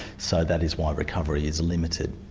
so that is why recovery is and limited.